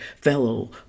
fellow